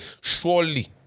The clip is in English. Surely